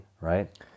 right